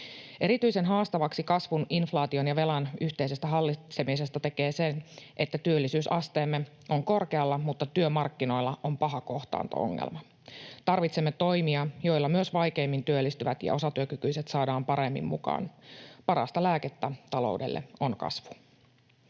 Erityisen haastavaksi kasvun, inflaation ja velan yhteisen hallitsemisen tekee se, että työllisyysasteemme on korkealla mutta työmarkkinoilla on paha kohtaanto-ongelma. Tarvitsemme toimia, joilla myös vaikeimmin työllistyvät ja osatyökykyiset saadaan paremmin mukaan. Parasta lääkettä taloudelle on kasvu.